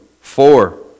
Four